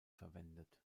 verwendet